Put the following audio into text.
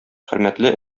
хөрмәтле